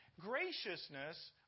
Graciousness